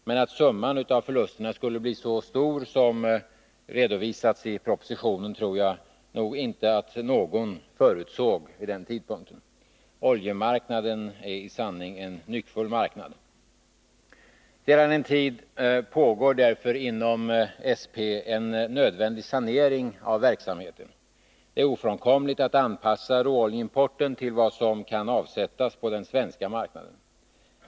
Men att summan av förlusterna skulle bli så stor som redovisats i propositionen tror jag inte någon förutsåg vid den tidpunkten. Oljemarknaden är i sanning en nyckfull marknad. Sedan en tid pågår därför inom SP en nödvändig sanering av verksamheten. Det är ofrånkomligt att man anpassar råoljeimporten till vad som kan avsättas på den svenska marknaden.